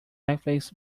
netflix